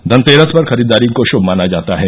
धनतेरस पर खरीदारी को शुभ माना जाता है